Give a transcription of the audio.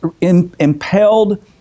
impelled